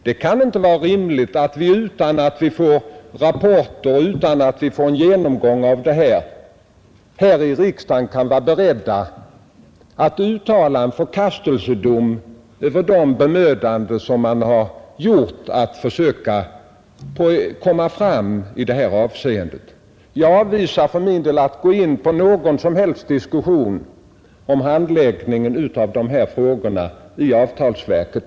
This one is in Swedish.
Det kan inte vara rimligt att vi, utan att vi får rapporter och utan att vi får en genomgång, här i riksdagen skall vara beredda att uttala en förkastelsedom över de bemödanden som man har gjort för att komma framåt i förhandlingsarbetet. Jag avhåller mig för min del från att gå in på någon som helst diskussion om handläggningen av dessa frågor i avtalsverket.